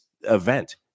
event